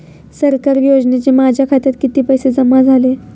सरकारी योजनेचे माझ्या खात्यात किती पैसे जमा झाले?